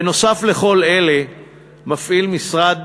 נוסף על כל אלה מפעיל המשרד